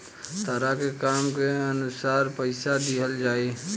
तहरा के काम के अनुसार पइसा दिहल जाइ